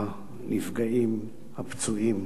לנפגעים הפצועים.